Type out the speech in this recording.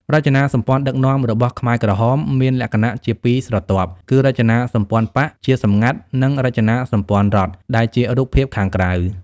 រចនាសម្ព័ន្ធដឹកនាំរបស់ខ្មែរក្រហមមានលក្ខណៈជាពីរស្រទាប់ គឺរចនាសម្ព័ន្ធបក្ស (ជាសម្ងាត់) និងរចនាសម្ព័ន្ធរដ្ឋ (ដែលជារូបភាពខាងក្រៅ)។